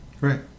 Right